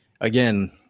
again